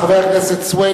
חבר הכנסת חנא סוייד.